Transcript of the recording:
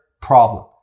problem